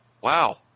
Wow